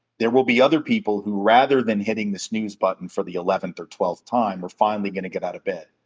there will be other people who, rather than hitting the snooze button for the eleventh or twelfth time, are finally gonna get out of bed.